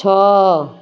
ଛଅ